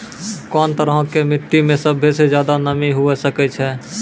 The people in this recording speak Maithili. कोन तरहो के मट्टी मे सभ्भे से ज्यादे नमी हुये सकै छै?